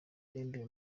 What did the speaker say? arembeye